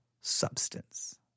substance